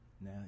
Now